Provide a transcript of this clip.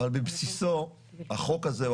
אבל בבסיסו החוק הזה,